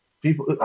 People